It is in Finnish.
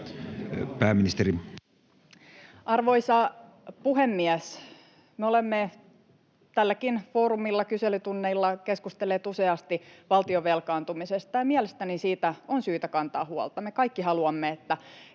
Content: Arvoisa puhemies! Me olemme tälläkin foorumilla, kyselytunneilla, keskustelleet useasti valtion velkaantumisesta, ja mielestäni siitä on syytä kantaa huolta. Me kaikki haluamme, että